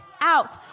out